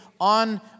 on